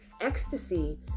ecstasy